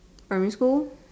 primary school